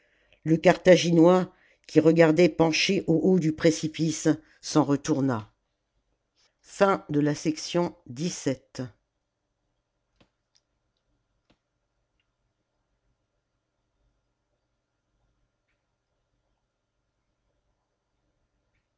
le carthaginois qui regardait penché au haut du précipice s'en retourna